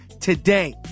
today